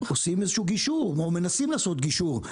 עושים איזשהו גישור או מנסים לעשות גישור.